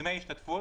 דמי השתתפות.